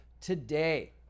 today